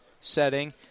setting